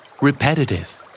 Repetitive